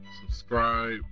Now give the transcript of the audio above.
subscribe